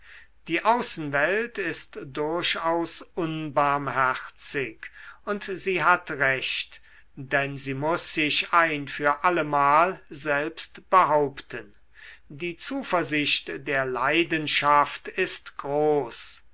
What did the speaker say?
die außenwelt ist durchaus unbarmherzig und sie hat recht denn sie muß sich ein für allemal selbst behaupten die zuversicht der leidenschaft ist groß